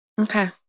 Okay